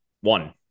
One